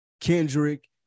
Kendrick